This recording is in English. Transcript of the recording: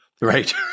Right